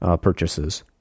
purchases